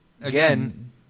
again